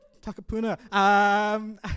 Takapuna